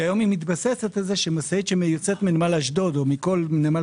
והיום היא מתבססת על זה שמשאית שיוצאת מנמל אשדוד או מכל נמל